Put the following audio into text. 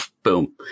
Boom